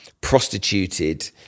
Prostituted